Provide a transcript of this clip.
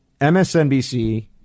MSNBC